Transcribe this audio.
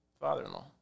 father-in-law